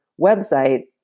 website